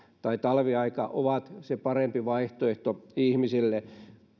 eli talviaika on se parempi vaihtoehto ihmisille